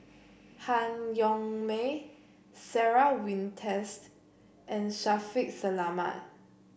Han Yong May Sarah Winstedt and Shaffiq Selamat